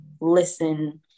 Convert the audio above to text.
listen